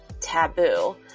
taboo